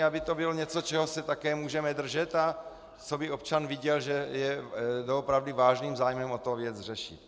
Aby to bylo něco, čeho se také můžeme držet a co by občan viděl, že je doopravdy vážným zájmem o to věc řešit.